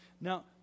Now